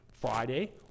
Friday